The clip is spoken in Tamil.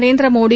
நரேந்திர மோடி